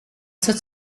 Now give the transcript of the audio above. such